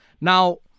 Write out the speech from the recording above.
Now